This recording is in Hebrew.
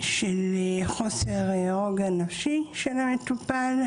של חוסר רוגע נפשי של המטופל,